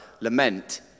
lament